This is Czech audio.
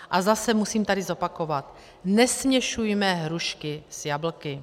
A zase musím tady zopakovat, nesměšujme hrušky s jablky!